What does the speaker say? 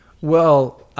Well-